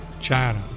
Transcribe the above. China